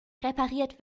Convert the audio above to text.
repariert